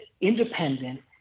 independent